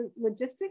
logistics